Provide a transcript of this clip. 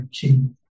king